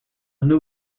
new